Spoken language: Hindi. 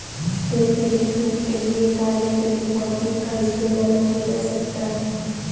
टैक्स रिफंड के लिए डायरेक्ट डिपॉजिट का इस्तेमाल किया जा सकता हैं